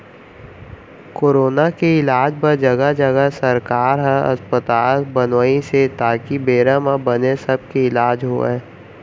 corona के इलाज बर जघा जघा सरकार ह अस्पताल बनवाइस हे ताकि बेरा म बने सब के इलाज होवय